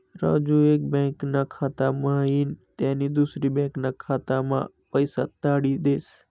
राजू एक बँकाना खाता म्हाईन त्यानी दुसरी बँकाना खाताम्हा पैसा धाडी देस